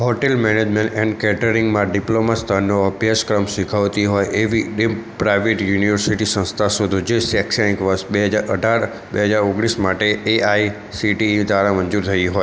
hotel management and કેટરિંગમાં diploma સ્તરનો અભ્યાસક્રમ શીખવતી હોય એવી ડીમ્ડ પ્રાઈવેટ યુનિવર્સિટી સંસ્થા શોધો જે શૈક્ષણિક વર્ષ બે હજાર અઢાર બે હજાર ઓગણીસ માટે A I C T E દ્વારા મંજૂર થઇ હોય